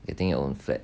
getting your own flat